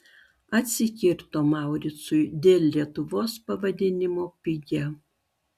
atsikirto mauricui dėl lietuvos pavadinimo pigia